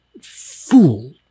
fool